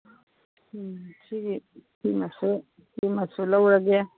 ꯎꯝ ꯁꯤꯒꯤ ꯁꯤꯃꯁꯨ ꯂꯧꯔꯒꯦ